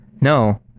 No